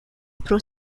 pro